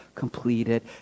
Completed